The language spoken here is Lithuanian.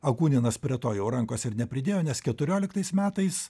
akuninas prie to jau rankos ir nepridėjo nes keturioliktais metais